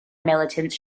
militants